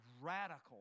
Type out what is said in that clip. radical